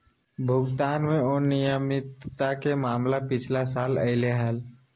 भुगतान में अनियमितता के मामला पिछला साल अयले हल